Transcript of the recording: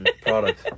product